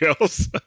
else